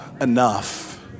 enough